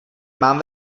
mám